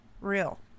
Real